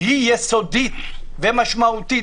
היא יסודית ומשמעותית,